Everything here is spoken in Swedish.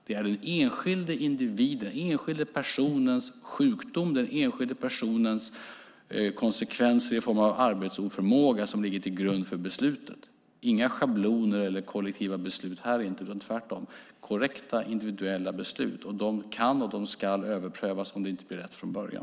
Det är den enskilde personens sjukdom, den enskilde personens konsekvenser i form av arbetsoförmåga, som ligger till grund för beslutet. Inga schabloner eller kollektiva beslut här inte, tvärtom, korrekta, individuella beslut. Och de kan och de ska överprövas om det inte blir rätt från början.